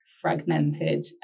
fragmented